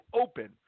open